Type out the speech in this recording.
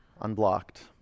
unblocked